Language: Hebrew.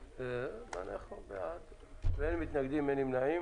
2020. הנושא על סדר היום